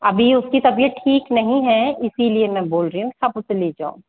अभी उसकी तबियत ठीक नहीं है इसीलिए मैं बोल रही हूँ आप उसे ले जाओ